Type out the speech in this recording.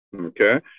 okay